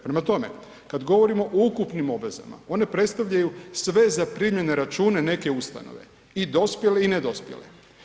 Prema tome, kada govorimo o ukupnim obavezama one predstavljaju sve zaprimljene račune neke ustanove i dospjele i ne dospjele.